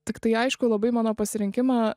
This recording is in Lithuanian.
tiktai aišku labai mano pasirinkimą